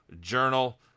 Journal